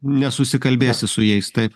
nesusikalbėsi su jais taip